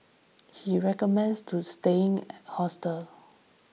he recommends to staying at hostels